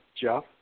Jeff